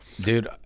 Dude